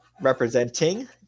Representing